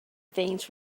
veins